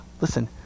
listen